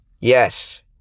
Yes